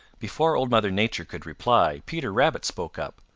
before old mother nature could reply peter rabbit spoke up.